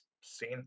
seen